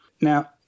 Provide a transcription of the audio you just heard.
Now